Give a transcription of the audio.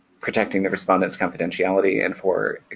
protecting the respondents' confidentiality and for